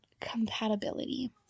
compatibility